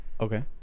Okay